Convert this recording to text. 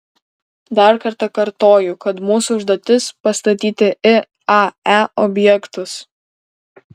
dar kartą kartoju kad mūsų užduotis pastatyti iae objektus